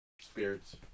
spirits